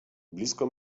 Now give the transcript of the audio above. blisko